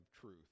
truth